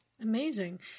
Amazing